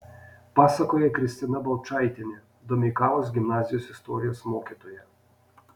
pasakoja kristina balčaitienė domeikavos gimnazijos istorijos mokytoja